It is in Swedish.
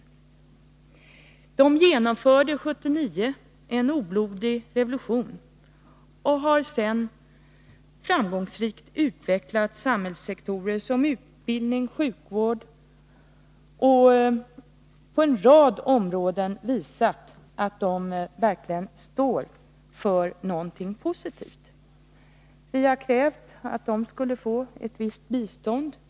Man genomförde 1979 en oblodig revolution och har sedan framgångsrikt utvecklat samhällssektorer som utbildning och sjukvård och på en rad områden visat att man verkligen står för någonting positivt. Vi har krävt att Grenada skulle få ett visst bistånd.